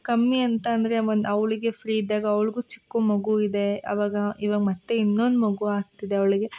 ಕಮ್ಮಿ ಅಂತ ಅಂದರೆ ಒಂದು ಅವಳಿಗೆ ಫ್ರೀ ಇದ್ದಾಗ ಅವ್ಳ್ಗೂ ಚಿಕ್ಕ ಮಗು ಇದೆ ಅವಾಗ ಈಗ ಮತ್ತೆ ಇನ್ನೊಂದು ಮಗು ಆಗ್ತಿದೆ ಅವಳಿಗೆ